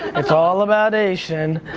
it's all about aeson.